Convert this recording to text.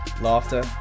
laughter